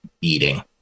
eating